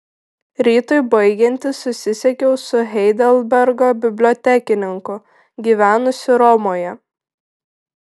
rytui baigiantis susisiekiau su heidelbergo bibliotekininku gyvenusiu romoje